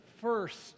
first